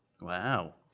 Wow